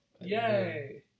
yay